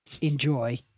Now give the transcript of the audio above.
enjoy